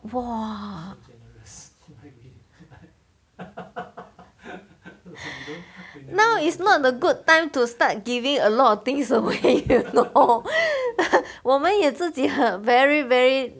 !wah! now is not a good time to start giving a lot of things away you know 我们也自己很 very very